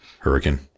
Hurricane